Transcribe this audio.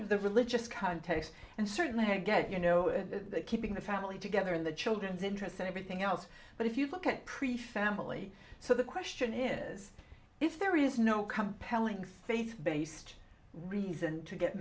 of the religious context and certainly get you know keeping the family together in the children's interests and everything else but if you look at pretty family so the question is if there is no compelling faith based reason to get